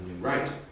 right